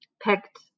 picked